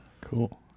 cool